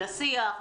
לשיח,